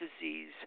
disease